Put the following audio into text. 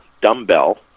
dumbbell